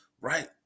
right